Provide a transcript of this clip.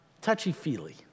touchy-feely